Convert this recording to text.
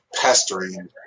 pestering